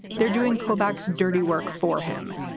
they're doing kobach dirty work for him,